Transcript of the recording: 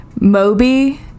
Moby